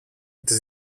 τις